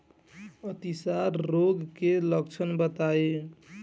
अतिसार रोग के लक्षण बताई?